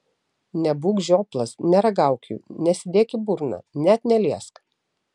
nebūk žioplas neragauk jų nesidėk į burną net neliesk